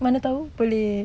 mana tahu boleh